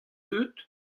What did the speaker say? deuet